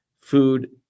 food